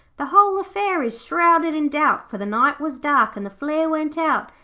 the whole affair is shrouded in doubt, for the night was dark and the flare went out,